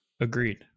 agreed